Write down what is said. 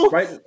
Right